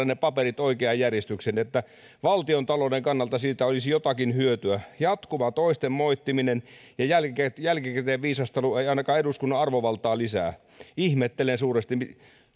ne paperit oikeaan järjestykseen että valtiontalouden kannalta siitä olisi jotakin hyötyä jatkuva toisten moittiminen ja jälkikäteen viisastelu ei ainakaan eduskunnan arvovaltaa lisää ihmettelen suuresti